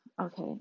Okay